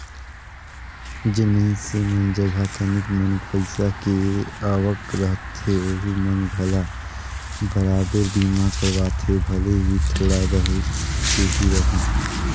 जेन मइनसे मन जघा तनिक मनिक पईसा के आवक रहथे ओहू मन घला बराबेर बीमा करवाथे भले ही थोड़ा बहुत के ही रहें